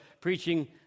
preaching